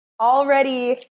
already